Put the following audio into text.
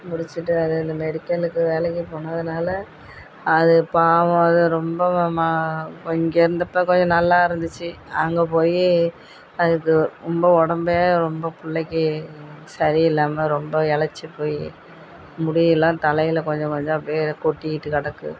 முடிச்சுட்டு அது இந்த மெடிக்கலுக்கு வேலைக்கு போனதுனால் அது பாவம் அது ரொம்ப மா இப்போ இங்கிருந்தப்போ கொஞ்சம் நல்லா இருந்துச்சு அங்கே போய் அதுக்கு ரொம்ப உடம்பே ரொம்ப பிள்ளைக்கி சரியில்லாமல் ரொம்ப இளைச்சி போய் முடியெல்லாம் தலையில் கொஞ்சம் கொஞ்சம் அப்படியே கொட்டிக்கிட்டு கெடக்கு